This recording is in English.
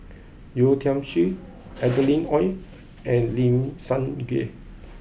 Yeo Tiam Siew Adeline Ooi and Lim Sun Gee